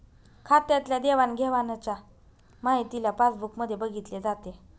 खात्यातल्या देवाणघेवाणच्या माहितीला पासबुक मध्ये बघितले जाते